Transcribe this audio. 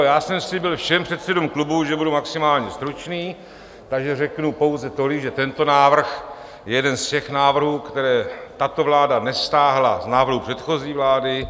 Já jsem slíbil všem předsedům klubů, že budu maximálně stručný, takže řeknu pouze tolik, že tento návrh je jeden z těch návrhů, které tato vláda nestáhla z návrhů předchozí vlády.